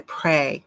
pray